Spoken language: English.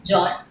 John